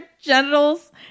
genitals